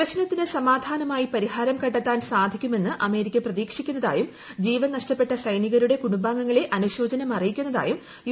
പ്രശ്നൂത്തിന് സമാധാനമായി പരിഹാരം കണ്ടെത്താൻ സാധിക്കുമെന്ന് അമേരിക്ക പ്രതീക്ഷിക്കുന്നതായും ജീവൻ നഷ്ടപ്പെട്ട ്റ്ഐനികരുടെ കുടുംബാംഗങ്ങളെ അനുശോചനം യു